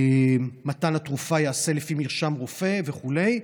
מתן התרופה ייעשה לפי מרשם רופא וכו'.